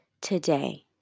today